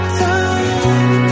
time